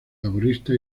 laborista